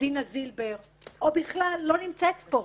שדינה זילבר או בכלל לא נמצאת פה,